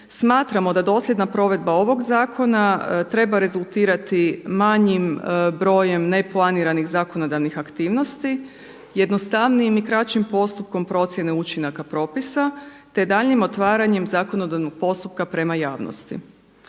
smatramo da dosljedna provedba ovog zakona treba rezultirati manjim brojem neplaniranih zakonodavnih aktivnosti, jednostavnijim i kraćim postupkom procjene učinaka propisa, te daljnjem otvaranjem zakonodavnog postupka prema javnosti.